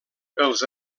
els